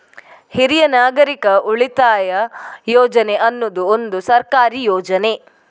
ಹಿರಿಯ ನಾಗರಿಕರ ಉಳಿತಾಯ ಯೋಜನೆ ಅನ್ನುದು ಒಂದು ಸರ್ಕಾರಿ ಯೋಜನೆ